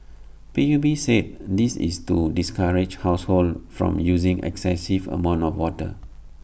P U B said this is to discourage households from using excessive amounts of water